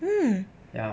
hmm